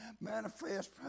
manifest